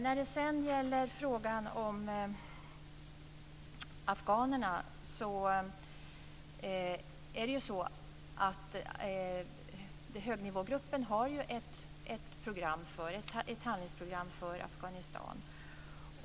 När det sedan gäller frågan om afghanerna vill jag påpeka att högnivågruppen har ett handlingsprogram för Afghanistan.